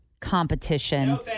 Competition